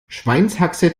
schweinshaxe